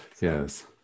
yes